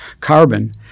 carbon